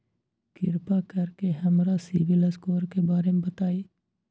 कृपा कर के हमरा सिबिल स्कोर के बारे में बताई?